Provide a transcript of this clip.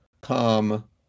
come